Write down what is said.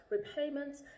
repayments